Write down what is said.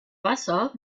wasser